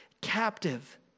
captive